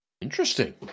Interesting